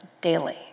daily